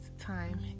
time